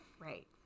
right